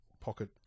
Pocket